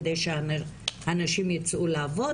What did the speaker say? כדי שאנשים ייצאו לעבוד,